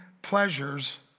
Pleasures